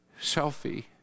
selfie